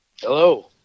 Hello